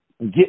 get